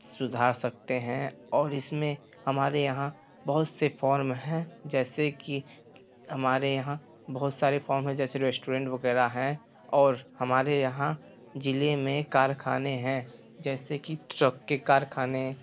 सुधार सकते हैं और इसमें हमारे यहाँ बहुत से फ़ौर्म हैं जैसे कि हमारे यहाँ बहुत सारे फ़र्म हैं जैसे रेस्टोरेंट वगैरह हैं और हमारे यहाँ ज़िले में कारखाने हैं जैसे कि ट्रक के कारखाने